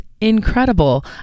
incredible